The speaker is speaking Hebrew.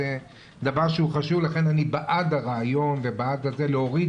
זה דבר חשוב ולכן אני בעד הרעיון להוריד